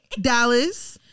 dallas